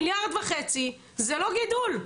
מיליארד וחצי זה לא גידול.